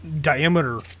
diameter